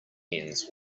ends